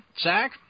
Zach